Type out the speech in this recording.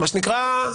מה שנקרא: